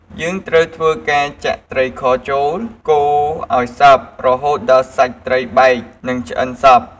យើងត្រូវធ្វើការចាក់ត្រីខចូល កូរឲ្យសព្វរហូតដល់សាច់ត្រីបែក និងឆ្អិនសព្វ។